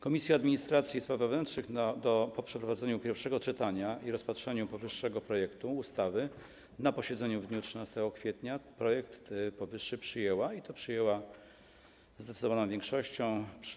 Komisja Administracji i Spraw Wewnętrznych po przeprowadzeniu pierwszego czytania i rozpatrzeniu powyższego projektu ustawy na posiedzeniu w dniu 13 kwietnia projekt ten przyjęła, i to przyjęła zdecydowaną większością głosów: